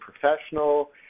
professional